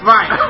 Right